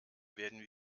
werden